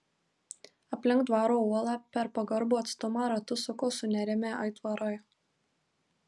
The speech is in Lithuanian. aplink dvaro uolą per pagarbų atstumą ratus suko sunerimę aitvarai